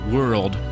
World